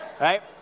Right